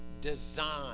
design